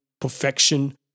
perfection